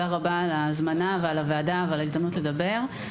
תודה רבה על ההזמנה ועל הוועדה ועל ההזדמנות לדבר,